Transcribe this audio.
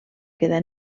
quedar